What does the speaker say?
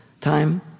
time